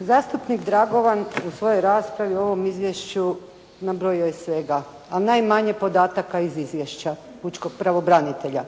zastupnik Dragovan u svojoj raspravi o ovom izvješću nabrojio je svega, a najmanje podataka iz Izvješća pučkog pravobranitelja.